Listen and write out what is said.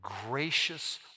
gracious